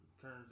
turns